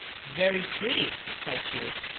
very pretty! cried shears.